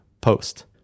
post